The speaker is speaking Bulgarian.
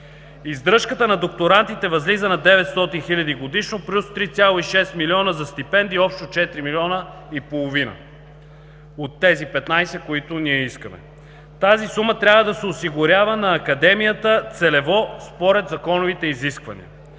Издръжката на докторантите възлиза на 900 хиляди годишно, плюс 3,6 милиона за стипендии, общо четири милиона и половина от тези 15, които ние искаме. Тази сума трябва да се осигурява на Академията целево според законовите изисквания.